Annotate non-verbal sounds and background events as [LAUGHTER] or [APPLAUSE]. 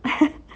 [LAUGHS]